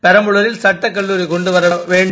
பெரம்ப்லாரில்சட்டக்கல்லாரிகொண்டுவாவேண்டும்